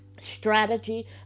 strategy